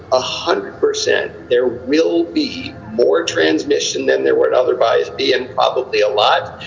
a hundred percent. there will be more transmission than there would otherwise be and probably a lot.